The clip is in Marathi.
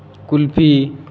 कुल्फी